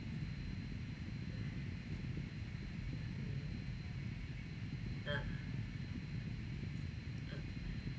ah ah